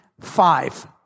five